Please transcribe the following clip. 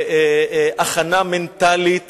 בהכנה מנטלית